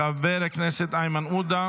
אינו נוכח, חבר הכנסת אריאל קלנר,